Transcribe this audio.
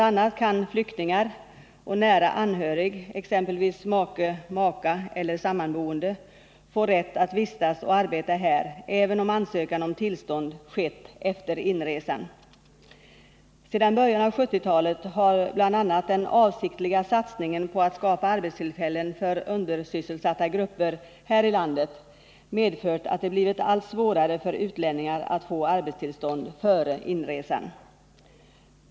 a. kan flyktingar och nära anhörig, exempelvis make/maka eller sammanboende, få rätt att vistas och arbeta här även om ansökan om tillstånd skett efter inresan. Sedan början av 1970-talet har bl.a. den avsiktliga satsningen på att skapa arbetstillfällen för undersysselsatta grupper här i landet medfört att det blivit allt svårare för utlänningar att få arbetstillstånd före inresan.